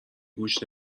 گوش